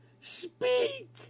speak